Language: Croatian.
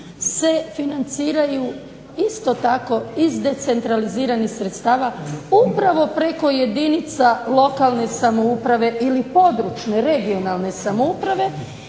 se financiraju isto tako iz decentraliziranih sredstava upravo preko jedinica lokalne samouprave ili područne, regionalne samouprave.